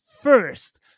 first